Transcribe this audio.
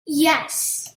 yes